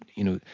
you know,